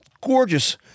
Gorgeous